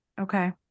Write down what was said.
Okay